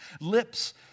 lips